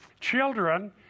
Children